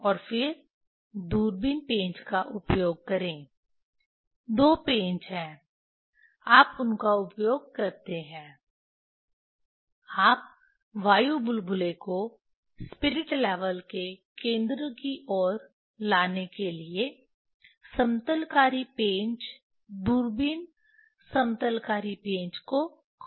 और फिर दूरबीन पेंच का उपयोग करें दो पेंच हैं आप उनका उपयोग करते हैं आप वायु बुलबुले को स्पिरिट लेवल के केंद्र की ओर लाने के लिए समतलकारी पेंच दूरबीन समतलकारी पेंच को घुमाते हैं